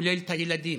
כולל את הילדים,